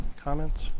comments